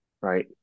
right